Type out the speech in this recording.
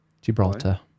Gibraltar